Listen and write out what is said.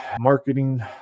marketing